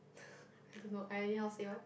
I don't know i anyhow say one